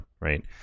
right